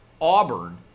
Auburn